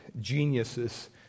geniuses